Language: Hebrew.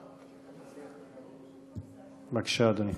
בבקשה, אדוני.